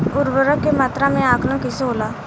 उर्वरक के मात्रा में आकलन कईसे होला?